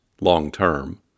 long-term